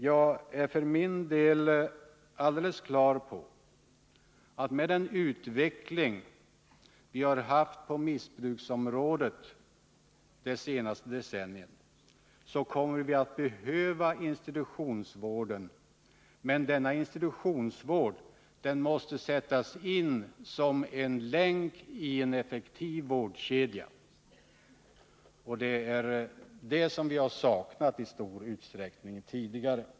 Jag är för min del alldeles på det klara med att vi, med den utveckling vi haft på missbruksområdet det senaste decenniet, kommer att behöva institutionsvården, men denna institutionsvård måste sättas in som en länk i en effektiv vårdkedja. Det är det vi i stor utsträckning saknat tidigare.